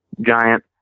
giant